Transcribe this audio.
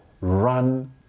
Run